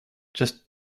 just